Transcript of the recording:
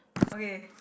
okay